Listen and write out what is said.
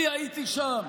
אני הייתי שם,